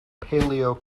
paleo